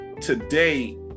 today